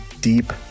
deep